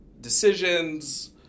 decisions